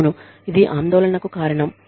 అవును ఇది ఆందోళనకు కారణం